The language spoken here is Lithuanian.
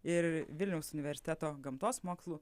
ir vilniaus universiteto gamtos mokslų